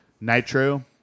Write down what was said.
Nitro